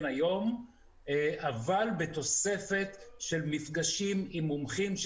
היום אבל בתוספת של מפגשים עם מומחים,